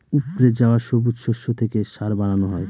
উপড়ে যাওয়া সবুজ শস্য থেকে সার বানানো হয়